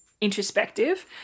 introspective